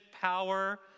power